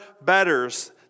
betters